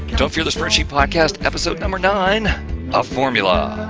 don't fear the spreadsheet, podcast episode number nine a formula.